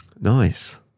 Nice